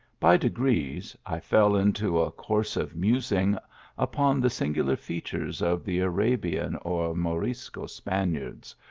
by degrees i fell into a course of musing upon the singular features of the arabian or morisco spaniards,